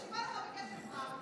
אני מקשיבה לך בקשב רב,